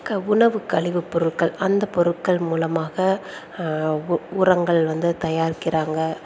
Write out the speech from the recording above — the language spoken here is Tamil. க உணவுக்கழிவுப் பொருட்கள் அந்த பொருட்கள் மூலமாக உ உரங்கள் வந்து தயாரிக்கிறாங்க